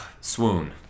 swoon